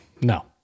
No